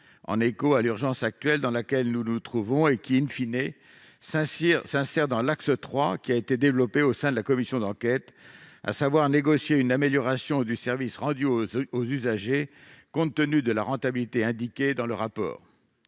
en écho à l'urgence dans laquelle nous nous trouvons actuellement et qui s'insère dans l'axe 3 développé dans le rapport de la commission d'enquête, à savoir négocier une amélioration du service rendu aux usagers compte tenu de la rentabilité indiquée dans le rapport.